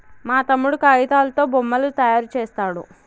మా తమ్ముడు కాగితాలతో బొమ్మలు తయారు చేస్తాడు